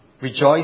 Rejoice